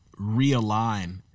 realign